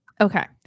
Okay